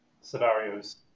scenarios